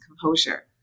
composure